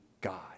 God